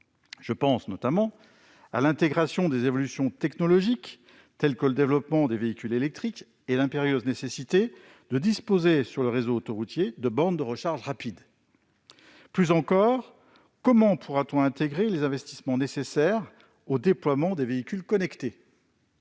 Je pense notamment à l'intégration des évolutions technologiques, telles que le développement des véhicules électriques et l'impérieuse nécessité de disposer, sur le réseau autoroutier, de bornes de recharge rapide. Plus encore, comment pourra-t-on intégrer les investissements nécessaires au déploiement des véhicules connectés ?